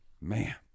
man